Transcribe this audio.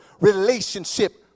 relationship